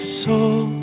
soul